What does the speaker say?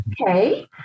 okay